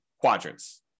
quadrants